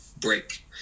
break